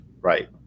Right